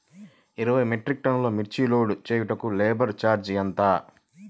ఇరవై మెట్రిక్ టన్నులు మిర్చి లోడ్ చేయుటకు లేబర్ ఛార్జ్ ఎంత?